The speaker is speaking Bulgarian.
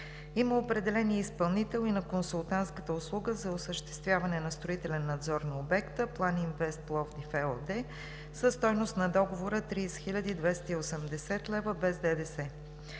Има определен изпълнител и на консултантската услуга за осъществяване на строителен надзор на обекта – „План Инвест – Пловдив“ ЕООД, със стойност на договора 30 хил. 280 лв. без ДДС.